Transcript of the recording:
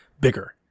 bigger